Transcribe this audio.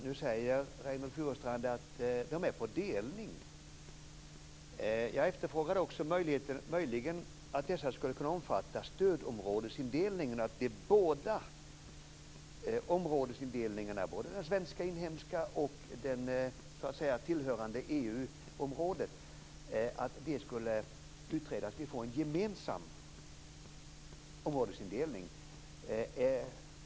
Nu säger Reynoldh Furustrand att de är på delning. Jag efterfrågade också om dessa kunde tänkas omfatta stödområdesindelningen, så att både den svenska områdesindelningen och den som tillhör EU-området skall utredas så att vi får en gemensam områdesindelning.